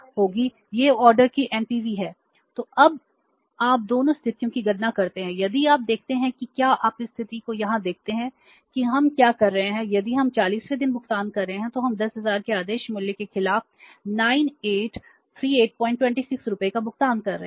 तो अब आप दोनों स्थितियों की गणना करते हैं यदि आप देखते हैं कि क्या आप इस स्थिति को यहां देखते हैं कि हम क्या कर रहे हैं यदि हम 40 वें दिन भुगतान कर रहे हैं तो हम 10000 के आदेश मूल्य के खिलाफ 983826 रुपये का भुगतान कर रहे हैं